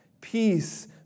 Peace